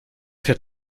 der